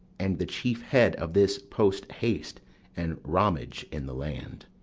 and the chief head of this post-haste and romage in the land.